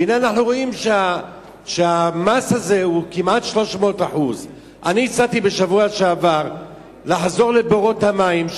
והנה אנחנו רואים שהמס הזה הוא כמעט 300%. אני הצעתי בשבוע שעבר לחזור לבורות המים,